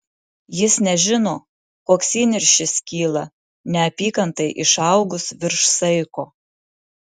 jis nežino koks įniršis kyla neapykantai išaugus virš saiko